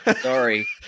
sorry